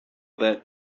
that